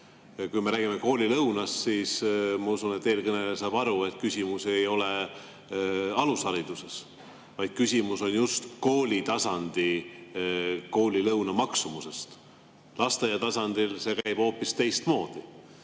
Kui me räägime koolilõunast, siis ma usun, et eelkõneleja saab aru, et küsimus ei ole alushariduses, vaid küsimus on just koolitasandi lõuna maksumuses. Lasteaia tasandil käib see hoopis